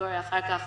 מהסניגוריה אחר כך